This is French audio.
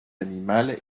animal